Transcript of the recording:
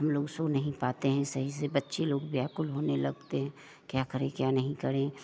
हम लोग सो नहीं पाते हैं सही से बच्चे लोग व्याकुल होने लगते हैं क्या करे क्या नहीं करें